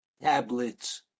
tablets